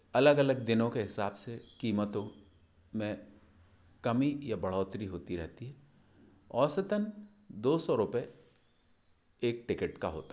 अलग अलग दिनों के हिसाब से कीमतों में कमी या बढ़ौतरी होती रहती है औसतन दो सौ रुपए एक टिकिट का होता है